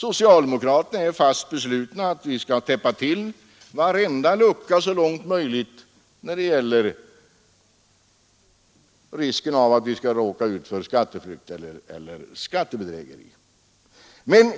Socialdemokraterna är fast beslutna att vi så långt det är möjligt skall täppa till varenda lucka som medför risk för skatteflykt eller skattebedrägeri.